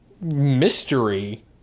mystery